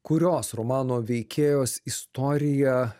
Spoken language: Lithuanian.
kurios romano veikėjos istorija